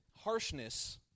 harshness